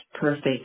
perfect